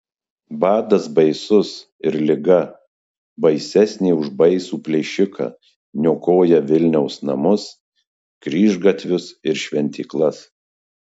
badas baisus ir liga baisesnė už baisų plėšiką niokoja vilniaus namus kryžgatvius ir šventyklas